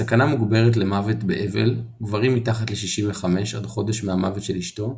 בסכנה מוגברת למוות באבל גברים מתחת ל65 עד חודש מהמוות של אשתו,